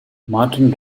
martin